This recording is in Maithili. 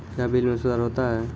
क्या बिल मे सुधार होता हैं?